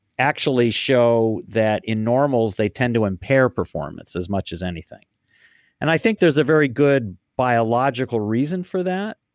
actually show that in normals, they tend to impair performance as much as anything and i think there's a very good biological reason for that,